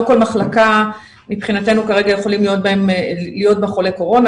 לא בכל מחלקה מבחינתנו כרגע יכולים להיות חולי קורונה,